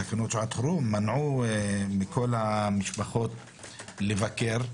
תקנות שעת חירום מנעו מכל המשפחות לבקר.